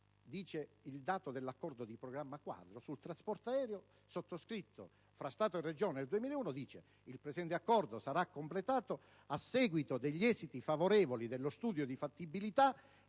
realizzato. L'accordo di programma quadro per il trasporto aereo sottoscritto fra Stato e Regione nel 2001 dice: «il presente accordo sarà completato a seguito degli esiti favorevoli dello studio di fattibilità